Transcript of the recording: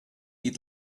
eat